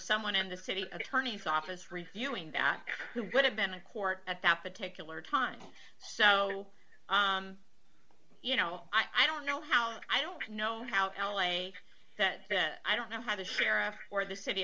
someone in the city attorney's office reviewing that who could have been in court at that particular time so you know i don't know how i don't know how ally that i don't know how the sheriff for the city